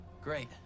Great